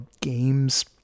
games